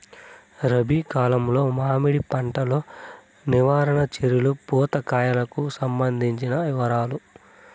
రబి కాలంలో మామిడి పంట లో నివారణ చర్యలు పూత కాయలకు సంబంధించిన వివరాలు?